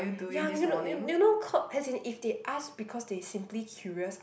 ya you know you you know k~ as in if they ask because they simply curious